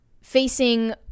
facing